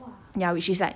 ya which is like